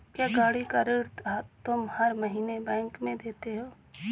क्या, गाड़ी का ऋण तुम हर महीने बैंक में देते हो?